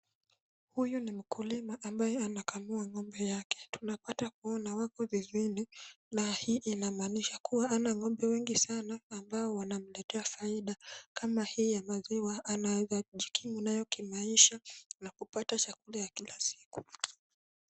Huyu ni mkulima ambaye anakamua ng'ombe yake. Tunapata kuona wapo zizini na hii inamaanisha kuwa hana ng'ombe wengi sana, ambao wanamletea faida kama hii ya maziwa. Anawezajikimu nayo kimaisha na kupata chakula ya kila siku.